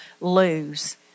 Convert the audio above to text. lose